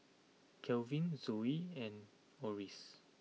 Calvin Zoie and Orris